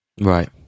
Right